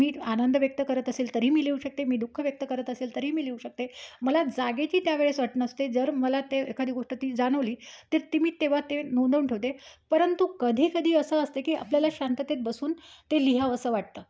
मी आनंद व्यक्त करत असेल तरी मी लिहू शकते मी दुःख व्यक्त करत असेल तरीही मी लिहू शकते मला जागेची त्यावेळेस अट नसते जर मला ते एखादी गोष्ट ती जाणवली तर ती मी तेव्हा ते नोंदवून ठेवते परंतु कधीकधी असं असते की आपल्याला शांततेत बसून ते लिहावसं वाटतं